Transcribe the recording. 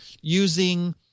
using